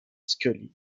scully